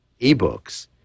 ebooks